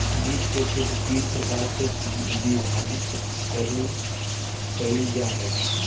वित्त के क्षेत्र तीन प्रकार से विभाजित कइल जा हइ